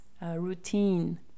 routine